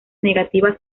negativas